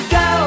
go